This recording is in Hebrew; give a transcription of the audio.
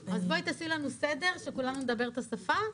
תעשי לנו סדר, שכולנו נדבר את השפה,